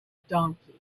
donkey